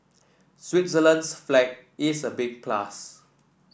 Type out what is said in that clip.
Switzerland's flag is a big plus